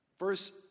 Verse